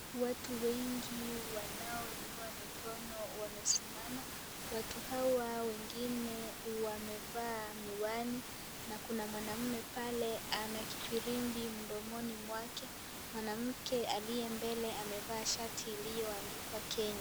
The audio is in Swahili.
Watu wengi wanaoinua mikono wamesimama. Watu hawa wengine wamevaa miwani na kuna mwanamme pale ana kifirimbi mdomoni mwake, mwanamke aliye mbele amevaa shati iliyoandikwa Kenya.